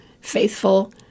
faithful